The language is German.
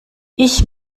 ich